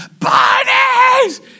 bunnies